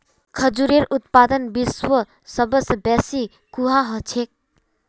खजूरेर उत्पादन विश्वत सबस बेसी कुहाँ ह छेक